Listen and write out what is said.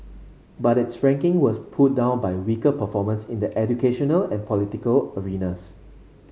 but its ranking was pulled down by weaker performance in the educational and political arenas